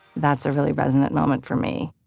that's a really resonant moment for me